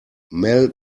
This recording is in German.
mel